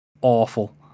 awful